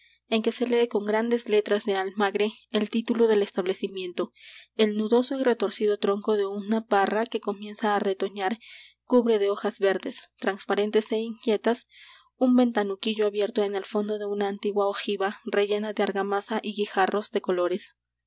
en que se lee con grandes letras de almagre el título del establecimiento el nudoso y retorcido tronco de una parra que comienza á retoñar cubre de hojas verdes transparentes é inquietas un ventanuquillo abierto en el fondo de una antigua ojiva rellena de argamasa y guijarros de colores